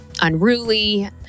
unruly